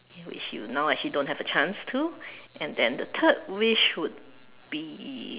which you now actually don't have a chance to and then the third wish would be